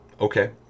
Okay